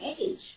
age